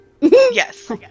Yes